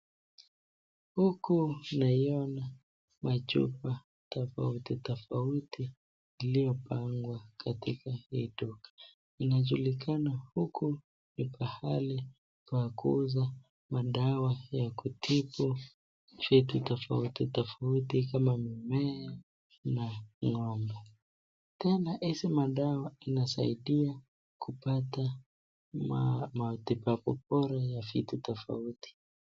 Huku naiona machupa tofauti tofauti iliyopangwa katika hii duka. Inajulikana huku ni pahali pa kuuza madawa ya kutibu vitu tofauti tofauti kama mimea na ng'ombe. Tena hizi madawa inasaidia kupata matibabu bora ya vitu tofauti.